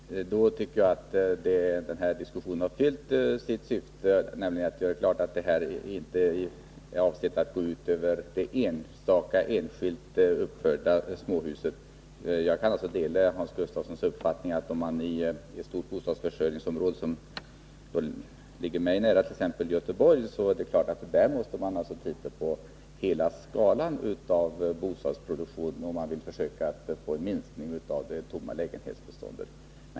Herr talman! Då tycker jag att den här diskussionen har fyllt sitt syfte, nämligen att göra klart att detta inte är avsett att gå ut över det enskilt uppförda småhuset. Jag kan dela Hans Gustafssons uppfattning att man i ett stort bostadsförsörjningsområde —t.ex. i Göteborg — måste se till hela skalan av bostadsproduktion, om man vill försöka åstadkomma en minskning av det tomma lägenhetsbeståndet.